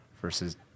versus